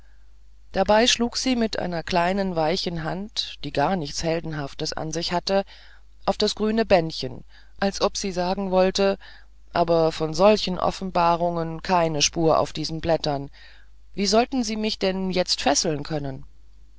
dabei schlug sie mit einer kleinen weichen hand die gar nichts heldenhaftes an sich hatte auf das grüne bändchen als ob sie sagen wollte aber von solchen offenbarungen keine spur auf diesen blättern wie sollten sie mich denn jetzt fesseln können